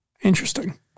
Interesting